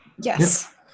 Yes